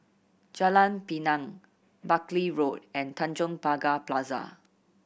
Jalan Pinang Buckley Road and Tanjong Pagar Plaza